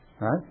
Right